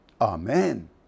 Amen